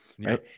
right